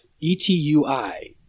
E-T-U-I